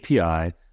API